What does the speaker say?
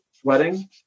sweating